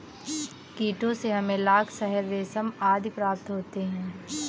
कीटों से हमें लाख, शहद, रेशम आदि प्राप्त होते हैं